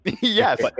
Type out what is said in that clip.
Yes